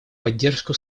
поддержку